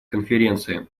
конференции